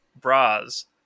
bras